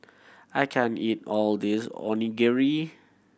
I can't eat all of this Onigiri